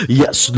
yes